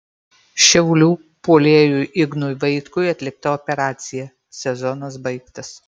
šiaulių puolėjui ignui vaitkui atlikta operacija sezonas baigtas